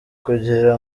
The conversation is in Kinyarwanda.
kugira